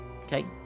Okay